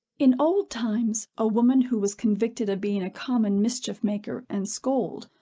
in old times, a woman who was convicted of being a common mischief-maker and scold,